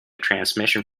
transmission